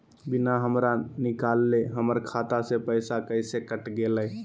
बिना हमरा निकालले, हमर खाता से पैसा कैसे कट गेलई?